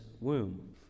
womb